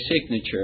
signature